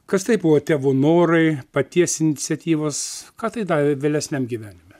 kas tai buvo tėvų norai paties iniciatyvos ką tai davė vėlesniam gyvenime